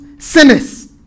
sinners